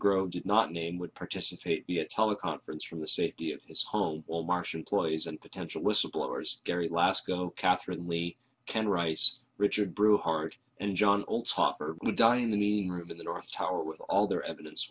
grove did not name would participate be a teleconference from the safety of his home or marsh employees and potential whistleblowers gary lasko catherine lee ken rice richard brew heart and john all talk or die in the room in the north tower with all their evidence